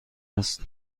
هست